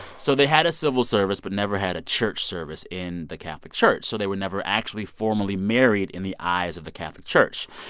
so they had a civil service but never had a church service in the catholic church, so they were never actually formally married in the eyes of the catholic church.